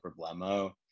problemo